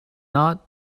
not